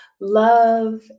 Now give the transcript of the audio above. love